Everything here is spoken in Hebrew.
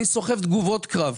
אני סוחב תגובות קרב.